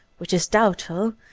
which is doubtful,